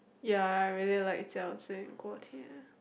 ya I really like 餃子鍋貼